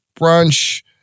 brunch